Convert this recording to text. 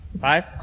five